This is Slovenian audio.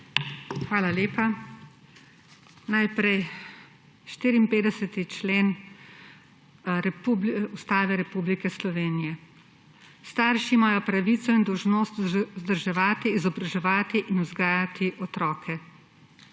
Hvala lepa. Najprej 54. člen Ustave Republike Slovenije: »Starši imajo pravico in dolžnost vzdrževati, izobraževati in vzgajati otroke.